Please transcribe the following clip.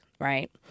Right